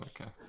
Okay